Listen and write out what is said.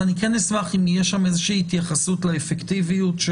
אם תהיה איזושהי התייחסות לאפקטיביות,